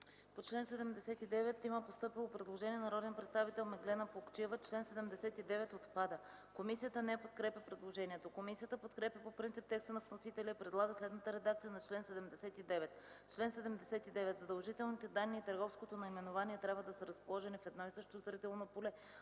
По чл. 79 има предложение от народния представител Меглена Плугчиева – чл. 79 отпада. Комисията не подкрепя предложението. Комисията подкрепя по принцип текста на вносителя и предлага следната редакция на чл. 79: „Чл. 79. Задължителните данни и търговското наименование трябва да са разположени в едно и също зрително поле